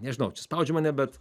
nežinau čia spaudžia mane bet